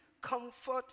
comfort